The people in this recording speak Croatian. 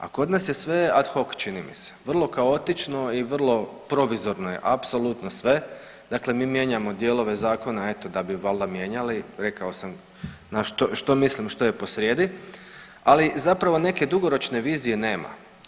A kod nas je sve ad hoc čini mi se vrlo kaotično i vrlo provizorno je apsolutno sve dakle mi mijenjamo dijelove zakona eto da bi valjda mijenjali, rekao sam što mislim što je posrijedi, ali zapravo neke dugoročne vizije nema.